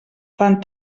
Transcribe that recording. fan